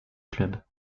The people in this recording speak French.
club